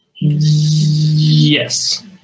Yes